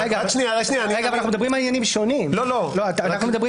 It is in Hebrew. כפי שפורסם, אנחנו נדון